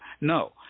No